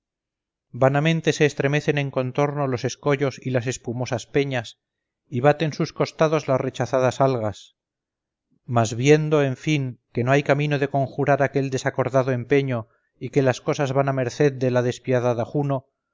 vanamente se estremecen en contorno los escollos y las espumosas peñas y baten sus costados las rechazadas algas mas viento en fin que no hay camino de conjurar aquel desacordado empeño y que las cosas van a merced de la despiadada juno